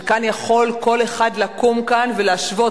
שכאן יכול כל אחד לקום ולהשוות,